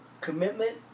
commitment